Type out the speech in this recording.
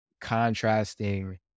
contrasting